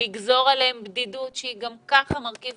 לגזור עליהם בדידות שהיא גם ככה מרכיב